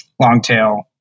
long-tail